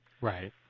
Right